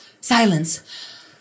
silence